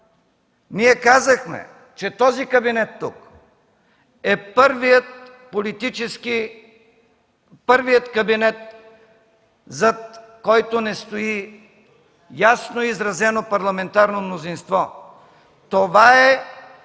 Ние казахме, че този кабинет тук е първият кабинет, зад който не стои ясно изразено парламентарно мнозинство. Това е